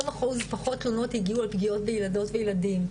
אחוז פחות תלונות הגיעו על פגיעות בילדות וילדים,